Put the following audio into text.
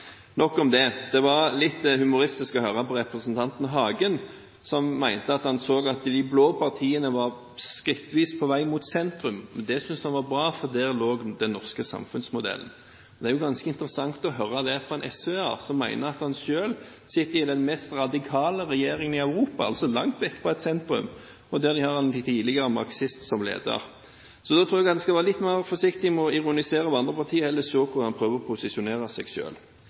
Nok om det. Det var litt humoristisk å høre på representanten Hagen. Han mente å se at de blå partiene var skrittvis på vei mot sentrum. Det syntes han var bra, for der lå den norske samfunnsmodellen. Det er jo ganske interessant å høre det fra en SV-er som mener at han selv sitter i den mest radikale regjeringen i Europa, altså langt vekk fra sentrum – og som har en tidligere marxist som leder. Så jeg tror man skal være litt mer forsiktig med å ironisere over andre partier og heller se på hvordan man prøver å posisjonere seg